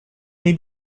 may